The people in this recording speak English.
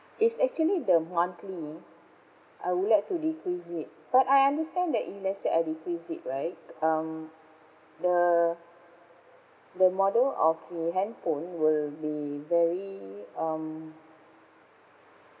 it's actually the monthly I would like to decrease it but I understand that if let's say I decrease it right um the the model of the handphone will be very um